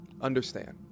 understand